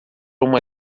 uma